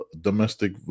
domestic